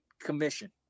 commission